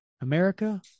America